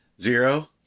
Zero